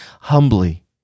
humbly